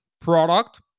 product